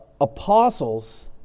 apostles